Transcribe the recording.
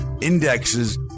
indexes